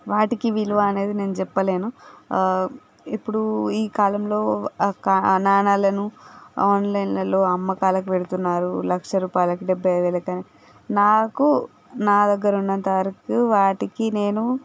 వాటికి విలువ అనేది నేను చెప్పలేను ఇప్పుడు ఈ కాలంలో ఒక అణాలను ఆన్లైన్లలో అమ్మకాలకు పెడుతున్నారు లక్ష రూపాయలకి డెబ్బై వేలకని నాకు నా దగ్గర ఉన్నంతవరకు వాటికి నేను